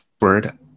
word